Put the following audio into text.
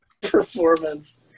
performance